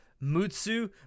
Mutsu